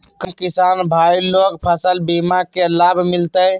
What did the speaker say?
हम किसान भाई लोग फसल बीमा के लाभ मिलतई?